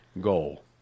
goal